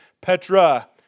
Petra